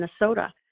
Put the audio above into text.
Minnesota